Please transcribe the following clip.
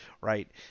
right